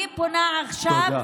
אני פונה עכשיו, תודה.